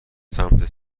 سمت